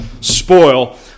spoil